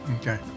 Okay